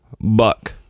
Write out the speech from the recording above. Buck